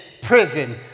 prison